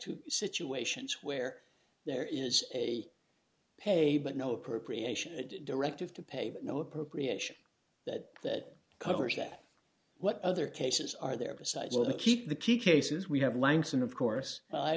to situations where there is a pay but no appropriation directive to pay no appropriation that covers that what other cases are there besides the keep the key cases we have langston of course